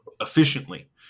efficiently